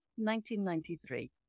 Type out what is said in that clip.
1993